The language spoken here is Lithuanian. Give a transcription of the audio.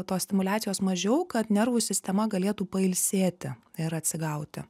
tos stimuliacijos mažiau kad nervų sistema galėtų pailsėti ir atsigauti